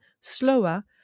slower